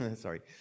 sorry